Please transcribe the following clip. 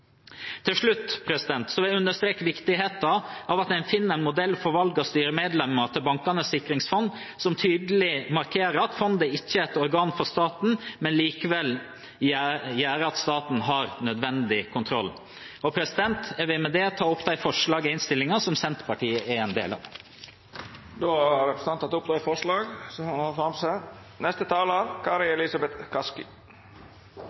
Til slutt vil jeg understreke viktigheten av at en finner en modell for valg av styremedlemmer til Bankenes sikringsfond som tydelig markerer at fondet ikke er et organ for staten, men likevel gjør at staten har nødvendig kontroll. Jeg vil med det ta opp de forslagene i innstillingene som Senterpartiet er en del av. Representanten Sigbjørn Gjelsvik har teke opp dei forslaga han